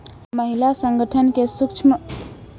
महिला संगठन के सूक्ष्म ऋणक आवश्यकता छल